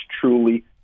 truly